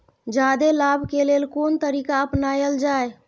जादे लाभ के लेल कोन तरीका अपनायल जाय?